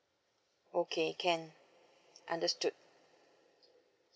okay can understood